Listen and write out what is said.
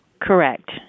Correct